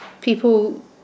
people